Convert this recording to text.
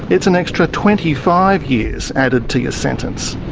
it's an extra twenty five years added to your sentence.